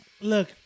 Look